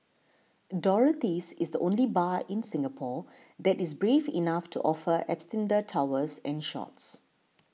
Dorothy's is the only bar in Singapore that is brave enough to offer Absinthe towers and shots